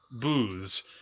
booze